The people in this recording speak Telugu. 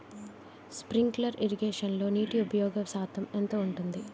స్ప్రింక్లర్ ఇరగేషన్లో నీటి ఉపయోగ శాతం ఎంత ఉంటుంది?